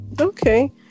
Okay